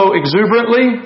exuberantly